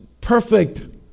perfect